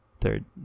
third